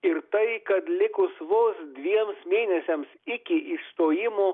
ir tai kad likus vos dviems mėnesiams iki išstojimo